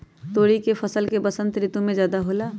तोरी के फसल का बसंत ऋतु में ज्यादा होला?